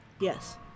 yes